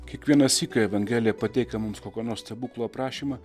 kiekvienąsyk kai evangelija pateikia mums kokio nors stebuklo aprašymą